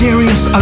Serious